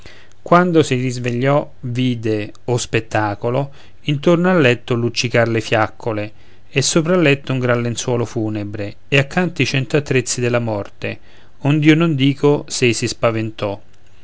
quando si risvegliò vide oh spettacolo intorno al letto luccicar le fiaccole e sopra il letto un gran lenzuolo funebre e accanto i cento attrezzi della morte ond'io non dico s'ei si spaventò